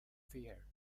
fear